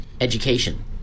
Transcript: education